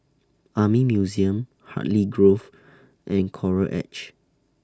Army Museum Hartley Grove and Coral Edge